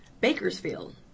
Bakersfield